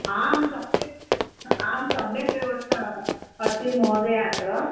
आं सम्यक् आं सम्यक् व्यवस्था अस्ति महोदया अत्र